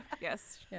Yes